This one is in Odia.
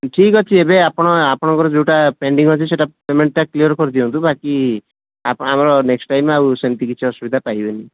ଠିକ୍ ଅଛି ଏବେ ଆପଣ ଆପଣଙ୍କର ଯେଉଁଟା ପେଣ୍ଡିଂ ଅଛି ସେଇଟା ପେମେଣ୍ଟ୍ଟା କ୍ଲିଅର୍ କରି ଦିଅନ୍ତୁ ବାକି ଆମର ନେଷ୍ଟ୍ ଟାଇମ୍ ଆଉ ସେମିତି କିଛି ଅସୁବିଧା ପାଇବେନି